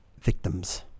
victims